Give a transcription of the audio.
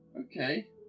Okay